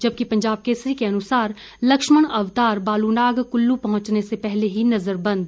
जबकि पंजाब केसरी के अनुसार लक्ष्मण अवतार बालूनाग कुल्लू पहुंचने से पहले ही नजरबंद